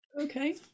Okay